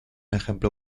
ejemplo